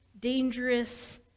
dangerous